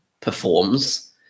performs